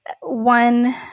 One